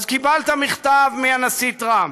אז קיבלת מכתב מהנשיא טראמפ,